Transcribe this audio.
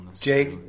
Jake